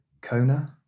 Kona